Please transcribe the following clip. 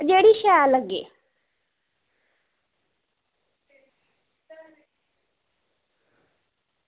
जेह्ड़ी शैल लग्गे